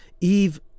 Eve